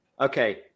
okay